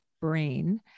brain